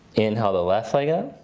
inhale the left leg up.